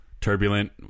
Turbulent